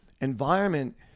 environment